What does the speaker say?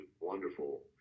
wonderful